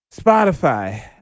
Spotify